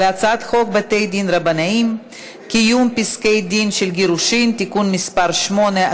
על הצעת חוק בתי-דין רבניים (קיום פסקי-דין של גירושין) (תיקון מס' 8),